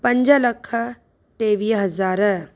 पंज लख टेवीह हज़ार